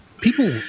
people